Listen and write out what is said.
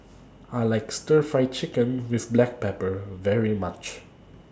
I like Stir Fry Chicken with Black Pepper very much